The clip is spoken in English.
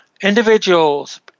individuals